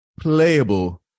playable